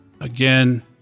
Again